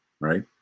right